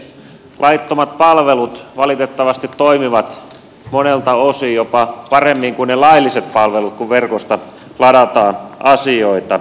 laittomat palvelut valitettavasti toimivat monelta osin jopa paremmin kuin lailliset palvelut kun verkosta ladataan asioita